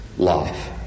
Life